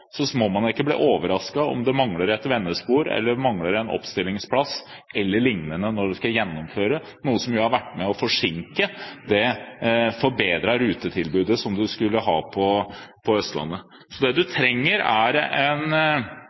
man ikke bli overrasket om det mangler et vendespor, en oppstillingsplass e.l. når man skal gjennomføre – noe som har vært med på å forsinke det forbedrede rutetilbudet man skulle ha på Østlandet. Det vi trenger, er et AS eller en